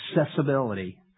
accessibility